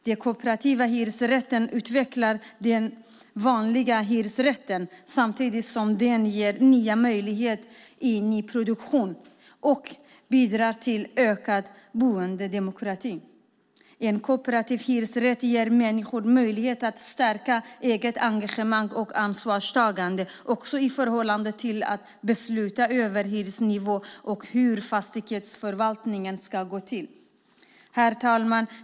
Den kooperativa hyresrätten utvecklar den vanliga hyresrätten samtidigt som den ger nya möjligheter i nyproduktionen och bidrar till ökad boendedemokrati. En kooperativ hyresrätt ger människor möjlighet att stärka sitt eget engagemang och ansvarstagande, också i förhållande till att besluta över hyresnivå och hur fastighetsförvaltningen ska gå till. Herr talman!